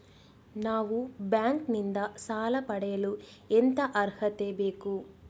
ನಾವು ಬ್ಯಾಂಕ್ ನಿಂದ ಸಾಲ ಪಡೆಯಲು ಎಂತ ಅರ್ಹತೆ ಬೇಕು?